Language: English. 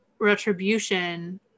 retribution